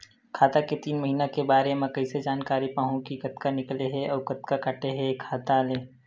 खाता के तीन महिना के बारे मा कइसे जानकारी पाहूं कि कतका निकले हे अउ कतका काटे हे खाता ले?